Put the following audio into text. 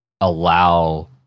allow